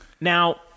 Now